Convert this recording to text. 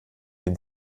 den